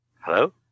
Hello